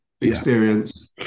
experience